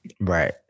Right